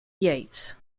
yeats